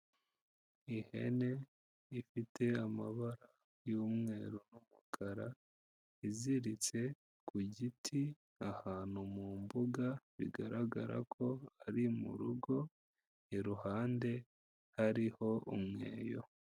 Ihene ifite amabara y'umweru n'umukara iziritse ku giti ahantu mu mbuga bigaragara ko ari mu rugo, iruhande hariho umweyo.